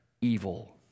evil